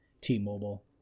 T-Mobile